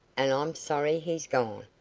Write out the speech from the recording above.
and i'm sorry he's gone.